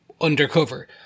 undercover